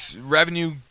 revenue